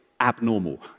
abnormal